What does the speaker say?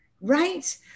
right